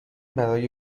برای